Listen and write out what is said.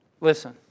Listen